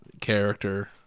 character